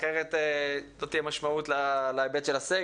אחרת לא תהיה משמעות לסגר.